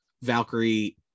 Valkyrie